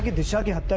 disha.